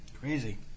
Crazy